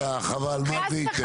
שניה, חבל, מה זה ייתן?